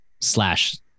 slash